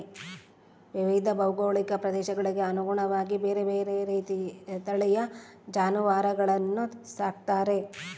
ವಿವಿಧ ಭೌಗೋಳಿಕ ಪ್ರದೇಶಗಳಿಗೆ ಅನುಗುಣವಾಗಿ ಬೇರೆ ಬೇರೆ ತಳಿಯ ಜಾನುವಾರುಗಳನ್ನು ಸಾಕ್ತಾರೆ